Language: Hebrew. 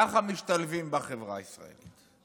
ככה משתלבים בחברה הישראלית,